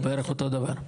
זה בערך אותו דבר.